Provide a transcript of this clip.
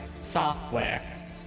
software